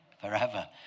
forever